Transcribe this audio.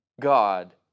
God